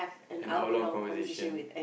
an our long conversation